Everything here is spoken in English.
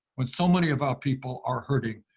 when so many of our people are hurting,